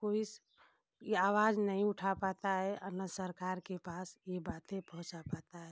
कोई ये आवाज़ नहीं उठा पाता है और न सरकार के पास ये बातें पहुँचा पाता है